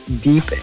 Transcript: deep